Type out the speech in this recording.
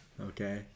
Okay